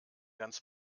ganz